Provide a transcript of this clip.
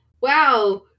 Wow